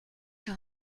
sur